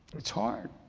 it's hard.